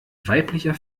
weiblicher